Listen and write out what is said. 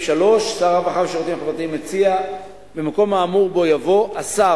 3. שר הרווחה והשירותים החברתיים מציע: במקום האמור בו יבוא: "השר,